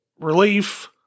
relief